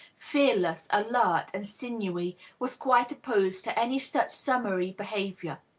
fearless, alert, and sinewy, was quite opposed to any such summary behavior.